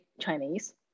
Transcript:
Chinese